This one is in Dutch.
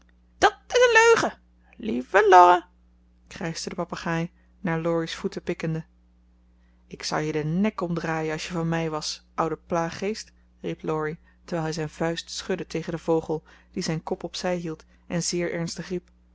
dat is een leugen lieve lorre krijschte de papegaai naar laurie's voeten pikkende ik zou je den nek omdraaien als je van mij was oude plaaggeest riep laurie terwijl hij zijn vuist schudde tegen den vogel die zijn kop op zij hield en zeer ernstig riep